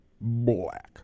black